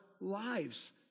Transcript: lives